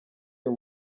uyu